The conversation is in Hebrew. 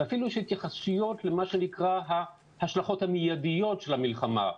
ואפילו יש התייחסויות למה שנקרא - ההשלכות המידיות של המלחמה.